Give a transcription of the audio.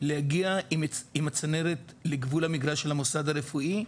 להגיע עם הצנרת לגבול המגרש של המוסד הרפואי,